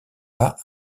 pas